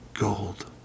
gold